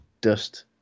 dust